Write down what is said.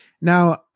Now